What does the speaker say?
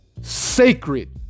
sacred